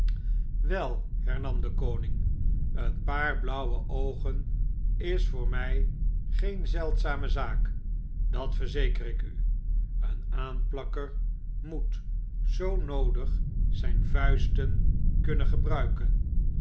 wel hernam de koning een paar blauwe oogen is voor my geen zeldzame zaak dat verzeker ik u een aanplakker moet zoo noodig zyn vuisten kunnen gebruiken